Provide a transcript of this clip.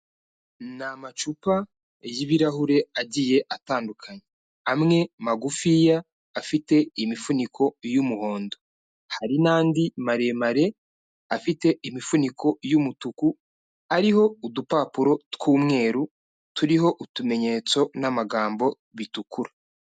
Ni amacupa y'ibirahure agiye atandukanye, amwe magufiya afite imifuniko y'umuhondo, hari n'andi maremare afite imifuniko y'umutuku ariho udupapuro tw'umweru turiho utumenyetso n'amagambo bitukura.